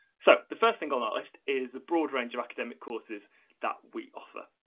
so, the first thing on that list is the broad range of academic courses that we offer.